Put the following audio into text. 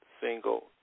single